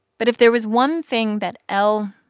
but if there was one thing that l,